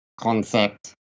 concept